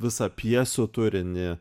visą pjesių turinį